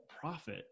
profit